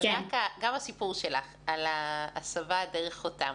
גם הסיפור שלך על ההסבה דרך חותם,